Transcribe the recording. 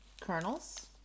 Kernels